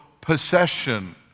possession